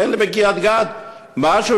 תן לי בקריית-גת משהו,